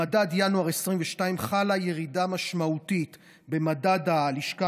במדד ינואר 2022 חלה ירידה משמעותית במדד הלשכה